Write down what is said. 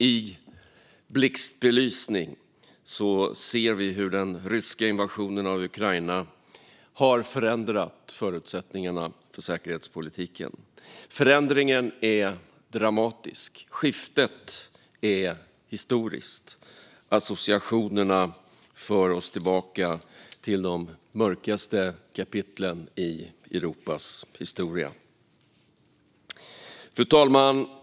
I blixtbelysning ser vi hur den ryska invasionen av Ukraina har förändrat förutsättningarna för säkerhetspolitiken. Förändringen är dramatisk. Skiftet är historiskt. Associationerna för oss tillbaka till de mörkaste kapitlen i Europas historia. Fru talman!